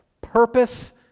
purpose